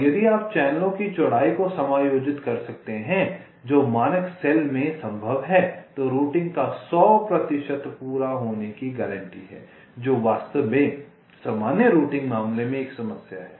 और यदि आप चैनलों की चौड़ाई को समायोजित कर सकते हैं जो मानक सेल में संभव है तो रूटिंग का सौ प्रतिशत पूरा होने की गारंटी है जो वास्तव में सामान्य रूटिंग मामले में एक समस्या है